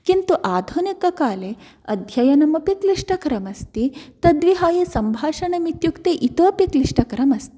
किन्तु आधुनिककाले अध्ययनमपि क्लिष्टकरमस्ति तद्विहाय सम्भाषणम् इत्युक्ते इतोपि क्लिष्टकरमस्ति